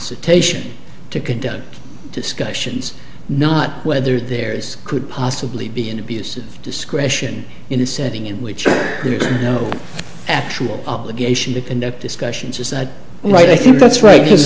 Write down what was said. institution to conduct discussions not whether there is could possibly be an abuse of discretion in a setting in which no actual obligation to conduct discussions is that right i think that's right because